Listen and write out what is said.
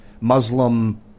Muslim